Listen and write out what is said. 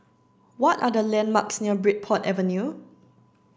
what are the landmarks near Bridport Avenue